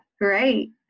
great